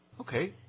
Okay